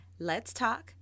letstalk